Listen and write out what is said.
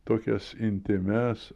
tokias intymias